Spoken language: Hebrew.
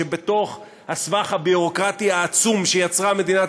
שבתוך הסבך הביורוקרטי העצום שיצרה מדינת